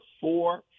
four